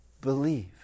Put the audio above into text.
believe